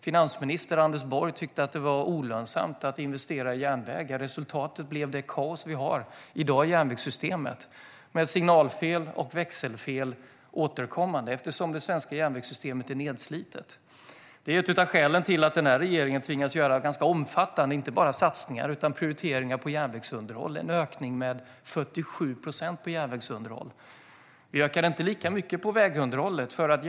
Finansministern, Anders Borg, tyckte att det var olönsamt att investera i järnvägar, och resultatet blev det kaos som vi har i järnvägssystemet i dag med återkommande signalfel och växelfel, eftersom det svenska järnvägssystemet är nedslitet. Det är ett av skälen till att den här regeringen tvingas göra ganska omfattande inte bara satsningar utan prioriteringar på järnvägsunderhåll. Det har ökats med 47 procent. Vi ökar inte vägunderhållet med lika mycket.